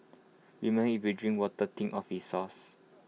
remember if you drink water think of its source